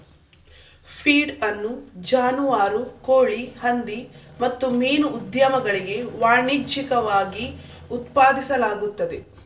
feed ಅನ್ನು ಜಾನುವಾರು, ಕೋಳಿ, ಹಂದಿ ಮತ್ತು ಮೀನು ಉದ್ಯಮಗಳಿಗೆ ವಾಣಿಜ್ಯಿಕವಾಗಿ ಉತ್ಪಾದಿಸಲಾಗುತ್ತದೆ